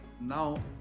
now